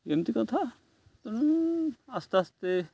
ଏମିତି କଥା ତେଣୁ ଆସ୍ତେ ଆସ୍ତେ